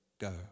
go